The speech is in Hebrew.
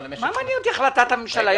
למשך -- מה מעניין אותי החלטת הממשלה?